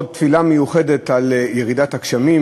עוד תפילה מיוחדת על ירידת הגשמים,